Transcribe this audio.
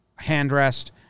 handrest